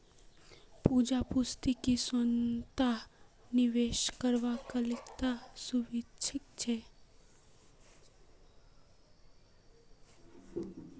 पूजा पूछले कि सोनात निवेश करना कताला सुरक्षित छे